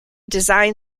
design